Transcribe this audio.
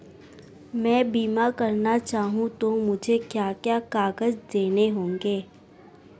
मैं बीमा करना चाहूं तो मुझे क्या क्या कागज़ देने होंगे?